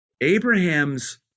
Abraham's